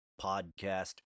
podcast